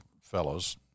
fellows